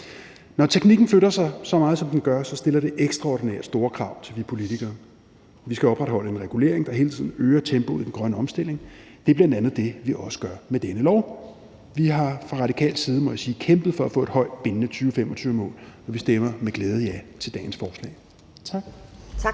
Når teknikken flytter sig så meget, som den gør, stiller det ekstraordinært store krav til os politikere. Vi skal opretholde en regulering, der hele tiden øger tempoet i den grønne omstilling. Det er bl.a. det, vi også gør med dette lovforslag. Vi har fra radikal side, må jeg sige, kæmpet for at få et højt bindende 2025-mål, og vi stemmer med glæde ja til dagens lovforslag. Tak.